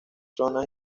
zonas